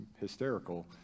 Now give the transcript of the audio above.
hysterical